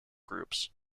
groups